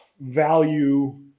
value